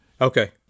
Okay